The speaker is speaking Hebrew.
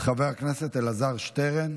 חבר הכנסת אלעזר שטרן.